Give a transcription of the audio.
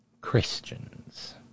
Christians